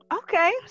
okay